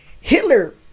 hitler